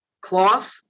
cloth